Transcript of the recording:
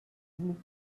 vous